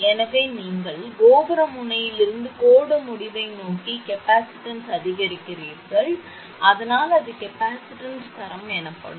எனவே நீங்கள் கோபுர முனையிலிருந்து கோடு முடிவை நோக்கி கெப்பாசிட்டன்ஸ் அதிகரிக்கிறீர்கள் அதனால் அது கெப்பாசிட்டன்ஸ் தரம் எனப்படும்